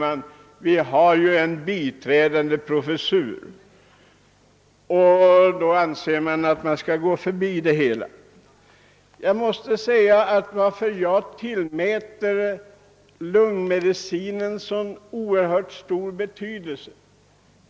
Med hänsyn till att en tjänst som biträdande professor i medicin, särskilt lungmedicin, inrättats vid Uppsala universitet den 1 juli 1969 avstyrker utskottet motionen.» Och detta sker utan att några förändringar i tjänsteställning eller arbete över huvud taget vidtages. Därmed anser man sig kunna gå förbi det hela.